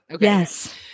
Yes